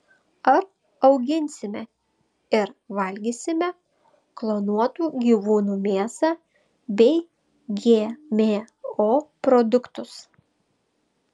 ar auginsime ir valgysime klonuotų gyvūnų mėsą bei gmo produktus